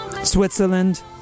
Switzerland